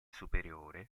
superiore